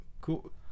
Cool